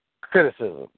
criticism